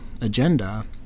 agenda